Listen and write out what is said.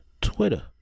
Twitter